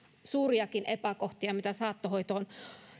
suuriakin epäkohtia mitä saattohoitoon